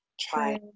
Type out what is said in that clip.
try